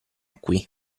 qui